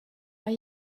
are